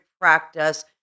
practice